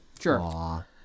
sure